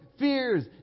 Fears